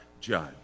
judge